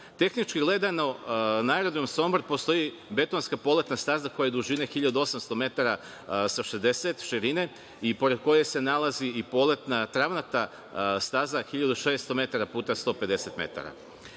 itd. Tehnički gledano, na aerodromu Sombor postoji betonska poletna staza koja je dužine 1800 metara sa 60 širine, i pored koje se nalazi i poletna travnata staza 1600 metara puta 150